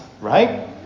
right